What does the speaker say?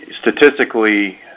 Statistically